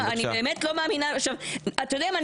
אני באמת לא מאמינה אתה יודע מה?